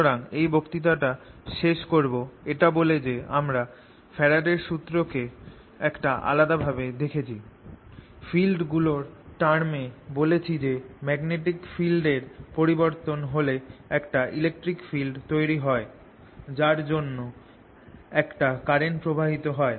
সুতরাং এই বক্তৃতাটা শেষ করব এটা বলে যে আমরা ফ্যারাডের সুত্রকে একটু আলাদা ভাবে দেখেছি ফিল্ডগুলোর টার্ম এ এবং বলেছি যে ম্যাগনেটিক ফিল্ড এর পরিবর্তন হলে একটা ইলেকট্রিক ফিল্ড তৈরি হয় যার জন্য একটা কারেন্ট প্রবাহিত হয়